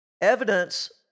Evidence